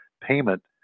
payment